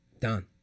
Done